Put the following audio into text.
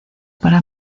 para